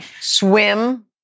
Swim